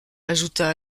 ajouta